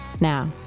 now